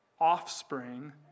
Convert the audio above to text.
offspring